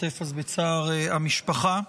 משתתף בצער המשפחה.